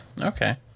okay